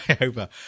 over